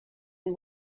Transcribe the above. and